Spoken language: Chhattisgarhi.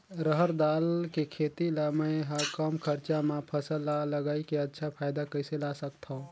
रहर दाल के खेती ला मै ह कम खरचा मा फसल ला लगई के अच्छा फायदा कइसे ला सकथव?